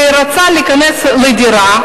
ורצה להיכנס לדירה,